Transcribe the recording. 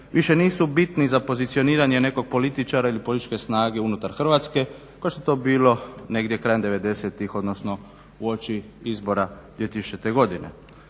više nisu bitni za pozicioniranje nekog političara ili političke snage unutar Hrvatske kao što je to bilo negdje krajem '90.-tih odnosno uoči izbora 2000.godine.